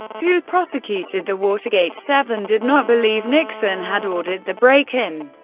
who prosecuted the watergate seven, did not believe nixon had ordered the break-in,